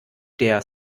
der